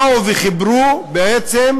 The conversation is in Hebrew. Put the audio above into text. באו וחיברו בעצם